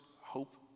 Hope